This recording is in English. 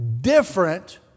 different